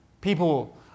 people